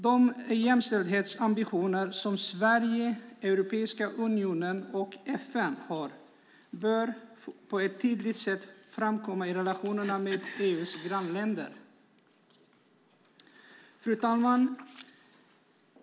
De jämställdhetsambitioner som Sverige, Europeiska unionen och FN har bör på ett tydligt sätt komma fram i relationerna med EU:s grannländer. Fru talman!